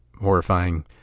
horrifying